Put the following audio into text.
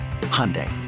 Hyundai